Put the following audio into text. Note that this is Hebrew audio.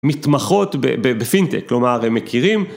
מתמחות ב, בפינטק, כלומר, הם מכירים...